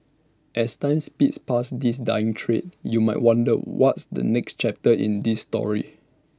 as time speeds past this dying trade you might wonder what's the next chapter in this story